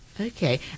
Okay